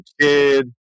Kid